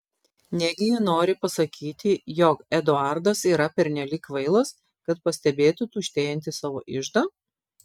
negi ji nori pasakyti jog eduardas yra pernelyg kvailas kad pastebėtų tuštėjantį savo iždą